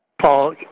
Paul